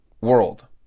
world